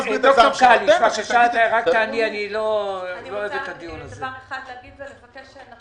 אני מבקשת לומר